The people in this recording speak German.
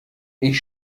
ich